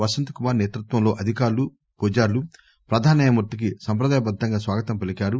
వసంత్ కుమార్ నేతృత్వంలో అధికారులు పూజారులు ప్రధాన న్యాయమూర్తికి సంప్రదాయ బద్దంగా స్వాగతం పలికారు